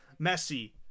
Messi